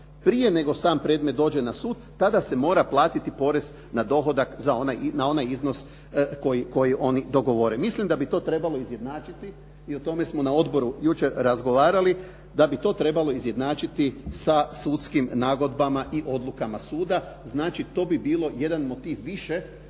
prije nego sam predmet dođe na sud, tada se mora platiti porez na dohodak na onaj iznos koji oni dogovore. Mislim da bi to trebalo izjednačiti i o tome smo na odboru jučer razgovarali da bi to trebalo izjednačiti sa sudskim nagodbama i odlukama suda, znači to bi bilo jedan motiv više